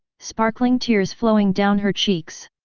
sparkling tears flowing down her cheeks.